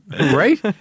Right